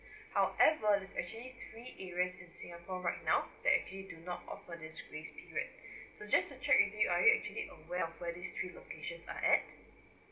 however it's actually three areas in singapore right now that actually do not offer this free period so just to check with you are you actually aware of where this three locations are at